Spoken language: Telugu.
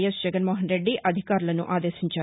యస్ జగన్మోహన్రెడ్డి అధికారులను ఆదేశించారు